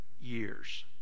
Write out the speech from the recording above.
years